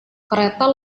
kereta